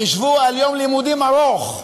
חִשבו על חוק יום לימודים ארוך.